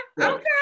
okay